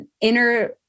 inner